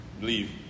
leave